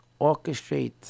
orchestrate